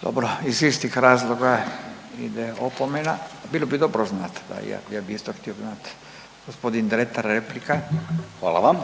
Hvala, iz istih razloga ide opomena. Bilo bi dobro znat da je, ja bi isto htio znat. Gospodin Dretar replika. **Dretar, Davor (DP)** Hvala vam.